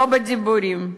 לא בדיבורים.